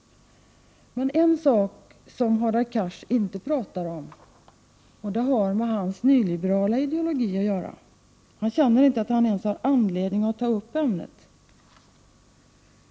En sak pratar inte Hadar Cars om. Han känner inte ens att han har anledning att ta upp ämnet — det har med hans nyliberala ideologi att göra.